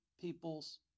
people's